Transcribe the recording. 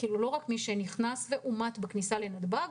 לא רק מי שנכנסו ואומת בכניסה לנתב"ג,